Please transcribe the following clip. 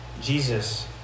Jesus